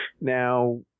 Now